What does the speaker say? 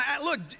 Look